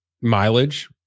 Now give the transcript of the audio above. mileage